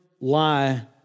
lie